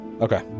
Okay